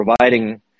providing